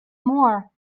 more